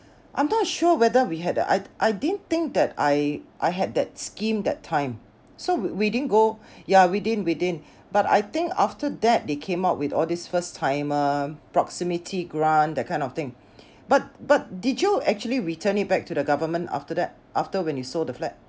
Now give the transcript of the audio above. I'm not sure whether we had uh I I didn't think that I I had that scheme that time so we didn't go ya we didn't we didn't but I think after that they came up with all this first timer proximity grant that kind of thing but but did you actually return it back to the government after that after when you sold the flat